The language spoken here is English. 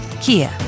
Kia